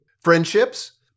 friendships